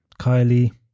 Kylie